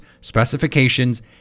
specifications